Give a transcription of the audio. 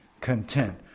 content